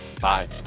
Bye